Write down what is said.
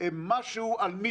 משרד הבריאות